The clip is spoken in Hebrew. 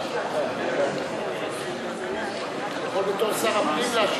אתה יכול בתור שר הפנים להשיב.